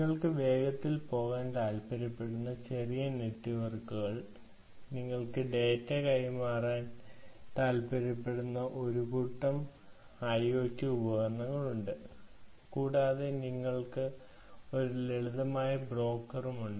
നിങ്ങൾക്ക് വേഗത്തിൽ പോകാൻ താൽപ്പര്യപ്പെടുന്ന ചെറിയ നെറ്റ്വർക്കുകൾ നിങ്ങൾക്ക് ഡാറ്റ കൈമാറാൻ താൽപ്പര്യപ്പെടുന്ന ഒരു കൂട്ടം അയോട്ട് ഉപകരണങ്ങളുണ്ട് കൂടാതെ നിങ്ങൾക്ക് ഒരു ലളിതമായ ബ്രോക്കറും ഉണ്ട്